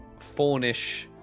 fawnish